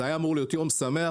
זה היה אמור להיות יום שמח,